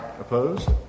Opposed